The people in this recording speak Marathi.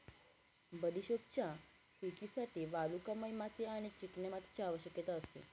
बडिशोपच्या शेतीसाठी वालुकामय माती आणि चिकन्या मातीची आवश्यकता असते